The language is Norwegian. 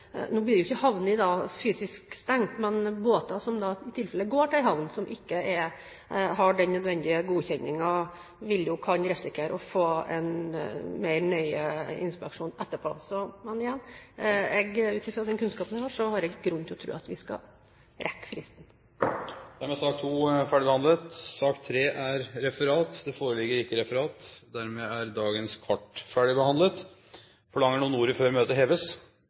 Nå blir ikke havnene fysisk stengt, men båter som i tilfelle går til en havn som ikke har den nødvendige godkjenningen, kan risikere å få en mer nøye inspeksjon etterpå. Men igjen: Ut fra den kunnskapen jeg har, har jeg ikke grunn til å tro at vi ikke skal rekke fristen. Dermed er sak nr. 2 ferdigbehandlet. Det foreligger ikke noe referat. Dermed er dagens kart ferdigbehandlet. Forlanger noen ordet før møtet heves?